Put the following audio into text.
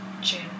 June